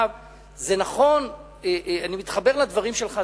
אני מתחבר לדברים שלך,